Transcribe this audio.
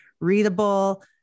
readable